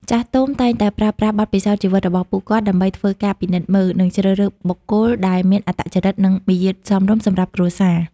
ចាស់ទុំតែងតែប្រើប្រាស់បទពិសោធន៍ជីវិតរបស់ពួកគាត់ ដើម្បីធ្វើការពិនិត្យមើល និងជ្រើសរើសបុគ្គលដែលមានអត្តចរិត និងមាយាទសមរម្យសម្រាប់គ្រួសារ។